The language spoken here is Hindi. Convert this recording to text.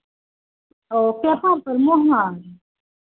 ओ पेपर पर मोहर